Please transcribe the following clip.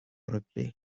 rygbi